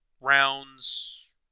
Rounds